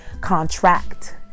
contract